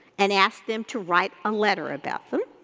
and ask them to write a letter about them.